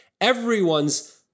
everyone's